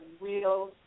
real